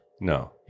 No